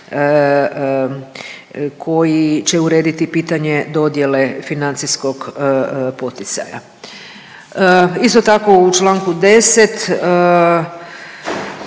koji će urediti pitanje dodjele financijskog poticaja. Isto tako u čl. 10.